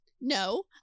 no